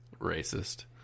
Racist